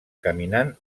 caminant